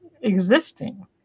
existing